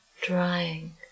drying